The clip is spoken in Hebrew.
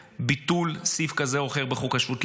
ביטול סעיף כזה או אחר בחוק השבות.